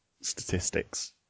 statistics